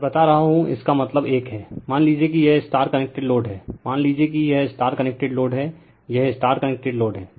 मैं बता रहा हूं इसका मतलब एक है रिफर टाइम 1246 मान लीजिए कि यह स्टार कनेक्टेड लोड है मान लीजिए कि यह स्टार कनेक्टेड लोड है यह स्टार कनेक्टेड लोड है